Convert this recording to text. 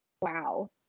Wow